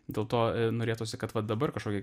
dėl to norėtųsi kad va dabar kažkokie